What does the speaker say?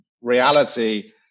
reality